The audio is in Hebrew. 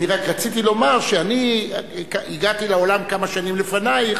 אני רק רציתי לומר שאני הגעתי לעולם כמה שנים לפנייך,